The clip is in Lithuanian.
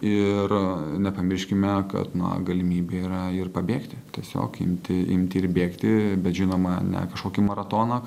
ir nepamirškime kad na galimybė yra ir pabėgti tiesiog imti imti ir bėgti bet žinoma ne kažkokį maratoną